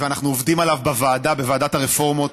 אנחנו עובדים עליו בוועדה, בוועדת הרפורמות,